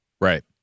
Right